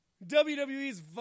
WWE's